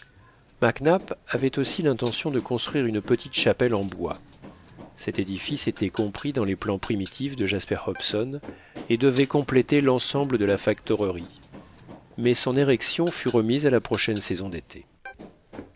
avait aussi l'intention de construire une petite chapelle en bois cet édifice était compris dans les plans primitifs de jasper hobson et devait compléter l'ensemble de la factorerie mais son érection fut remise à la prochaine saison d'été